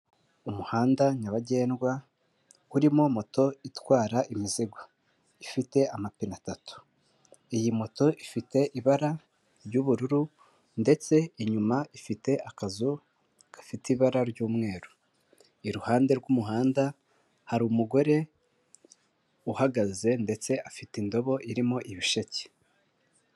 Umuhanda nyabagendwa urimo moto itwara imizigo ifite amapine atatu, iyi moto ifite ibara ry'ubururu ndetse inyuma ifite akazu gafite ibara ry'umweru, iruhande rw'umuhanda hari umugore uhagaze ndetse afite indobo irimo ibisheke.